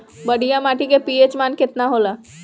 बढ़िया माटी के पी.एच मान केतना होला?